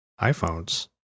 iPhones